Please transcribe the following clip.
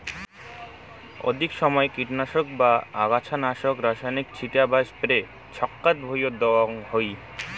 অধিক সমাই কীটনাশক বা আগাছানাশক রাসায়নিক ছিটা বা স্প্রে ছচকাত ভুঁইয়ত দ্যাওয়াং হই